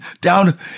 down